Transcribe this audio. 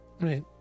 Right